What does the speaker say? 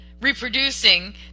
reproducing